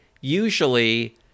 usually